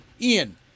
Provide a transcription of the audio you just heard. Ian